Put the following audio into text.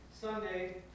Sunday